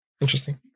Interesting